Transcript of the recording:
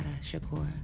Shakur